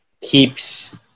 keeps